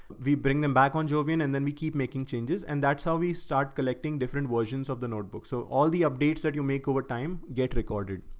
we bring them back on jovan and then we keep making changes and that's how we start collecting different versions of the notebooks. so all the updates that you make over time, you get recorded.